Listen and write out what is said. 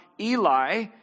Eli